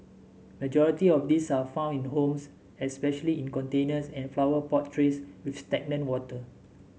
majority of these are found in homes especially in containers and flower pot trays with stagnant water